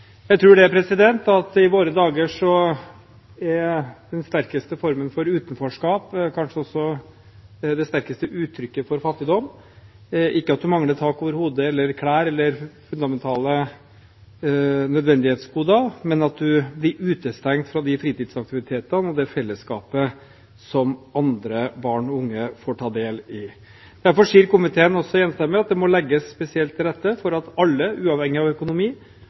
Jeg tror at i våre dager er den sterkeste formen for utenforskap, kanskje også det sterkeste uttrykket for fattigdom, ikke at en mangler tak over hodet, klær eller fundamentale nødvendighetsgoder, men at en blir utestengt fra de fritidsaktivitetene og det fellesskapet som andre barn og unge får ta del i. Derfor sier komiteen også enstemmig at det må legges spesielt til rette for at alle, uavhengig av økonomi,